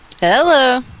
Hello